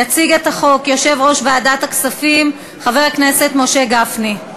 יציג את החוק יושב-ראש ועדת הכספים חבר הכנסת משה גפני.